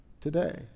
today